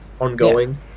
ongoing